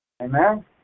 Amen